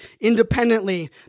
independently